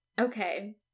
Okay